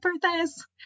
birthdays